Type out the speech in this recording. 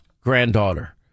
granddaughter